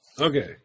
Okay